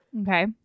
Okay